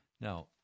Now